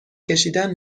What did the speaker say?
کشیدن